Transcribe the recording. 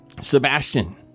Sebastian